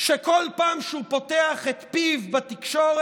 שבכל פעם שהוא פותח את פיו בתקשורת